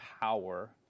power